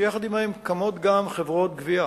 שיחד עמם קמות גם חברות גבייה